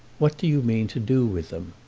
what do you mean to do with them?